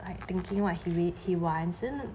I thinking what he really he wants in